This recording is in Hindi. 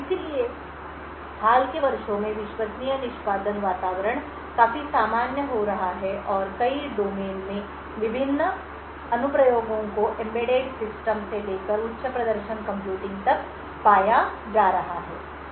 इसलिए हाल के वर्षों में विश्वसनीय निष्पादन वातावरण काफी सामान्य हो रहा है और कई डोमेन में विभिन्न अनुप्रयोगों को एम्बेडेड सिस्टम से लेकर उच्च प्रदर्शन कंप्यूटिंग तक पाया जा रहा है